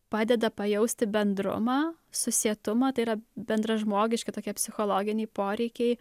padeda pajausti bendrumą susietumą tai yra bendražmogiški tokie psichologiniai poreikiai